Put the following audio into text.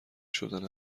شدن